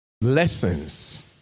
lessons